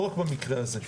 לא רק במקרה הזה.